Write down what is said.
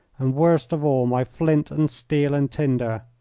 and, worst of all, my flint and steel and tinder.